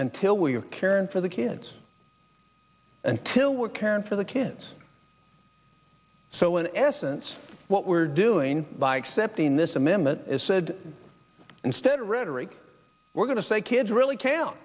until we have karen for the kids until we're caring for the kids so in essence what we're doing by accepting this amendment is said instead of rhetoric we're going to say kids really c